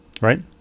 right